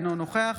אינו נוכח